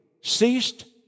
ceased